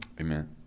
Amen